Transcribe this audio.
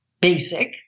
Basic